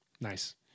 Nice